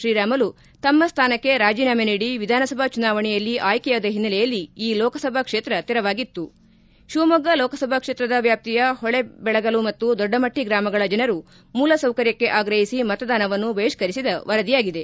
ಶ್ರೀರಾಮುಲು ತಮ್ನ ಸ್ಟಾನಕ್ಕೆ ರಾಜೀನಾಮೆ ನೀಡಿ ವಿಧಾನಸಭಾ ಚುನಾವಣೆಯಲ್ಲಿ ಆಯ್ಕೆಯಾದ ಹಿನ್ನೆಲೆಯಲ್ಲಿ ಈ ಲೋಕಸಭಾ ಕ್ವೇತ್ರ ತೆರವಾಗಿತ್ತು ಶಿವಮೊಗ್ಗ ಲೋಕಸಭಾ ಕ್ಷೇತ್ರದ ವ್ಯಾಪ್ತಿಯ ಹೊಳೆಬೆಳಗಲು ಮತ್ತು ದೊಡ್ವಮಟ್ಟಿ ಗ್ರಾಮಗಳ ಜನರು ಮೂಲಸೌಕರ್ಯಕ್ಕೆ ಆಗ್ರಹಿಸಿ ಮತದಾನವನ್ನು ಬಹಿಷ್ಕರಿಸಿದ ವರದಿಯಾಗಿದೆ